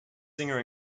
singer